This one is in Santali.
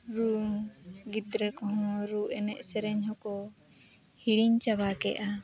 ᱨᱩ ᱜᱤᱫᱽᱨᱟᱹ ᱠᱚᱦᱚᱸ ᱨᱩ ᱮᱱᱮᱡ ᱥᱮᱨᱮᱧ ᱦᱚᱸᱠᱚ ᱦᱤᱲᱤᱧ ᱪᱟᱵᱟ ᱠᱮᱫᱟ